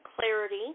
clarity